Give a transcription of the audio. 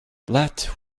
let